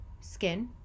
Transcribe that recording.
skin